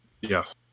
Yes